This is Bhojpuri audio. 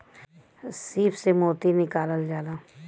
सीप से मोती निकालल जाला